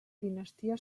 dinastia